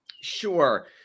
Sure